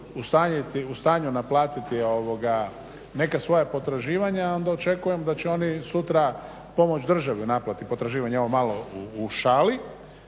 u stanju naplatiti neka svoja potraživanja, onda očekujem da će oni sutra pomoć državi u naplati potraživanja, ovo malo u šali